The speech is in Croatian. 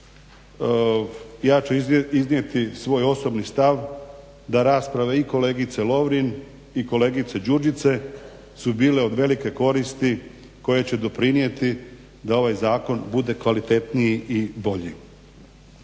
Ja ću iznijeti svoj osobni stav da rasprava i kolegice Lovrin i kolegice Đurđice su bile od velike koristi koje će doprinijeti da ovaj zakon bude kvalitetniji i bolji.